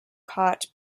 caught